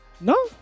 No